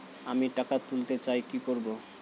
আমি টাকা তুলতে চাই কি করব?